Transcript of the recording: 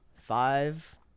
five